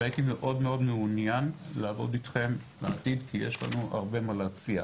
והייתי מאוד מעוניין לעבוד איתכם לעתיד כי יש לנו הרבה מה להציע.